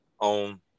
on